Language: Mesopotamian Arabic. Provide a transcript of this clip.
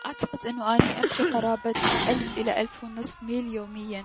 اعتقد انو اني امشي بقرابة الف الى الف و نص ميل يوميا.